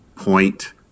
point